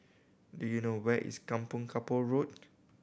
do you know where is Kampong Kapor Road